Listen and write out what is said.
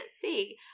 see